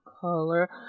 color